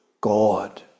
God